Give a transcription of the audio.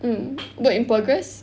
mm work in progress